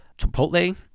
Chipotle